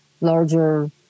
larger